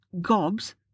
gobs